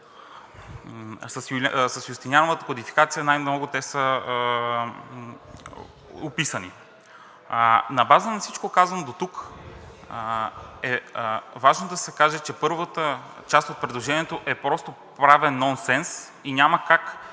с Юстиниановата кодификация най-много те са описани. На база на всичко казано дотук е важно да се каже, че първата част от предложението е правен нонсенс и няма как да обоснове